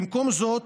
במקום זאת,